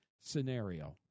scenario